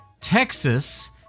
Texas